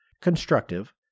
constructive